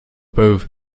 both